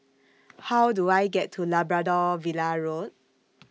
How Do I get to Labrador Villa Road